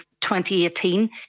2018